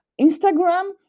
Instagram